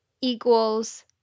equals